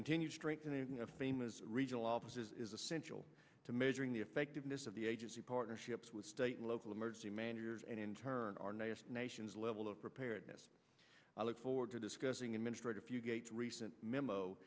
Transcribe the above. continued strengthening of famous regional offices is essential to measuring the effectiveness of the agency partnerships with state and local emergency managers and in turn our native nations level of preparedness i look forward to discussing administrative you gates recent memo